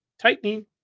tightening